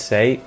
Say